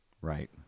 Right